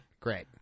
great